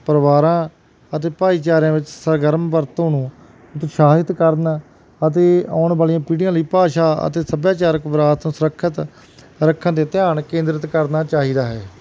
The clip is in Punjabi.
ਪਰਿਵਾਰਾਂ ਅਤੇ ਭਾਈਚਾਰਿਆਂ ਵਿੱਚ ਸਰਗਰਮ ਵਰਤੋਂ ਨੂੰ ਉਤਸ਼ਾਹਿਤ ਕਰਨ ਅਤੇ ਆਉਣ ਵਾਲੀਆਂ ਪੀੜ੍ਹੀਆਂ ਲਈ ਭਾਸ਼ਾ ਅਤੇ ਸੱਭਿਆਚਾਰਕ ਵਿਰਾਸਤ ਸੁਰੱਖਿਅਤ ਰੱਖਣ 'ਤੇ ਧਿਆਨ ਕੇਂਦਰਿਤ ਕਰਨਾ ਚਾਹੀਦਾ ਹੈ